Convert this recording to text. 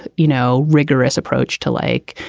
you know, rigorous approach to like,